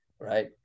right